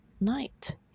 night